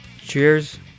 cheers